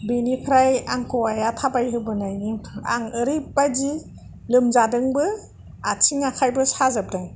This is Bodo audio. बिनिफ्राय आंखौ आइआ थाबाय होबोनायनि आं ओरैबादि लोमजादोंबो आथिं आखाइबो साजोबदों